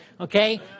okay